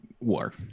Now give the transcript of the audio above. war